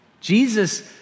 Jesus